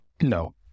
No